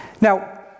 Now